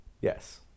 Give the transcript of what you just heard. Yes